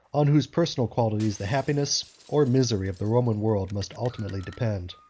on whose personal qualities the happiness or misery of the roman world must ultimately depend.